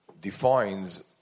defines